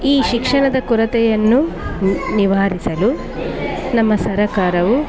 ಈ ಶಿಕ್ಷಣದ ಕೊರತೆಯನ್ನು ನಿವಾರಿಸಲು ನಮ್ಮ ಸರಕಾರವು